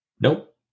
Nope